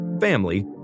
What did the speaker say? family